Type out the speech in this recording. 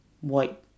white